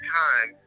time